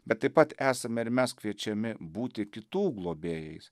bet taip pat esame ir mes kviečiami būti kitų globėjais